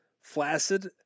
flaccid